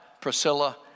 Priscilla